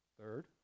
Third